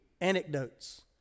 anecdotes